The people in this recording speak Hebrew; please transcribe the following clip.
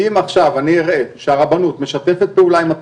אם עכשיו אני אראה שהרבנות משתפת פעולה עם התכנית,